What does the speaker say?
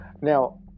Now